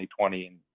2020